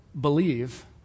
believe